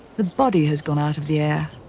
the body has gone out of the air.